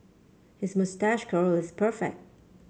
his moustache curl is perfect